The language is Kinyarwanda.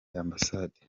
ambasade